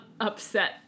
upset